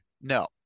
no